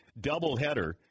doubleheader